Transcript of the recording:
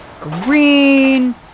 green